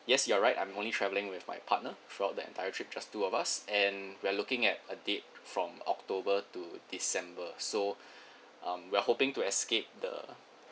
yes you're right I'm only travelling with my partner throughout the entire trip just two of us and we're looking at a date from october to december so um we're hoping to escape the